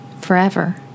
forever